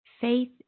Faith